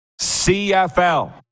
CFL